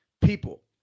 people